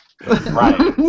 Right